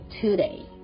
today